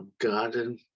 garden